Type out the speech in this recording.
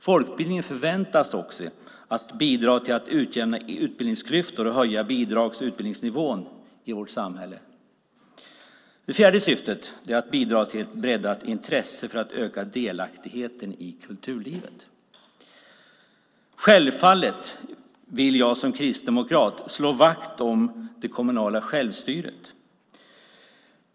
Folkbildningen förväntas också "bidra till att utjämna utbildningsklyftor och höja bildnings och utbildningsnivån i samhället". Det fjärde syftet är att "bidra till att bredda intresset för och öka delaktigheten i kulturlivet". Självfallet vill jag som kristdemokrat slå vakt om det kommunala självstyret.